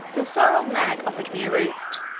the sorrel nag offered me a root,